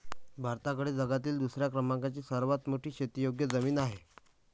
भारताकडे जगातील दुसऱ्या क्रमांकाची सर्वात मोठी शेतीयोग्य जमीन आहे